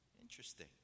Interesting